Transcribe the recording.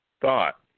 thought